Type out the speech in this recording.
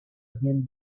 again